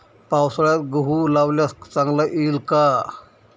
पावसाळ्यात गहू लावल्यास चांगला येईल का?